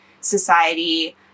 society